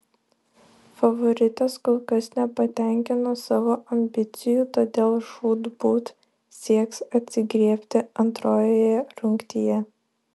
favoritės kol kas nepatenkino savo ambicijų todėl žūtbūt sieks atsigriebti antrojoje rungtyje